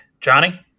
Johnny